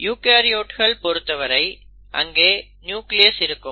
ஆனால் யூகரியோட்கள் பொறுத்தவரை அங்கே நியூக்ளியஸ் இருக்கும்